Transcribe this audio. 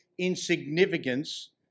insignificance